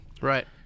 Right